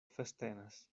festenas